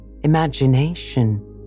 Imagination